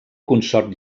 consort